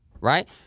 right